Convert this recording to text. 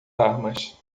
armas